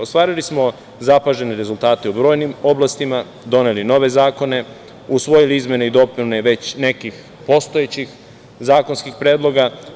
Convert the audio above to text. Ostvarili smo zapažene rezultate u brojnim oblastima, doneli nove zakone, usvojili izmene i dopune već nekih postojećih zakonskih predloga.